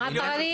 מה התאריך?